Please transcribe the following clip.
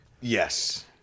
Yes